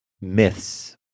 myths